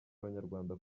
abanyarwanda